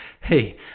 Hey